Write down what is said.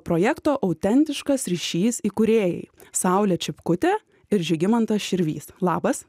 projekto autentiškas ryšys įkūrėjai saulė čipkutė ir žygimantas širvys labas